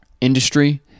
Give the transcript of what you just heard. industry